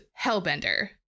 Hellbender